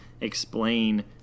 explain